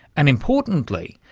and importantly,